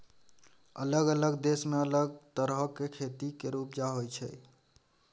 अलग अलग देश मे अलग तरहक खेती केर उपजा होइ छै